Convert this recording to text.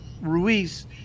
Ruiz